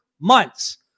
months